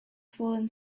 fallen